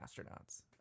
astronauts